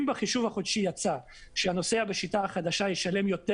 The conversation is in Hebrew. אם בחישוב החודשי יצא שהנוסע בשיטה החדשה ישלם יותר